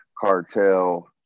cartel